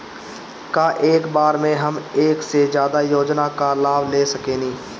का एक बार में हम एक से ज्यादा योजना का लाभ ले सकेनी?